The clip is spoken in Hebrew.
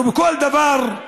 אנחנו בכל דבר,